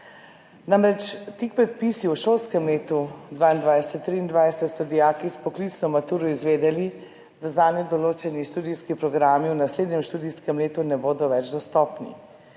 Glede teh predpisov. V šolskem letu 2022/2023 so dijaki s poklicno maturo izvedeli, da zanje določeni študijski programi v naslednjem študijskem letu ne bodo več dostopni.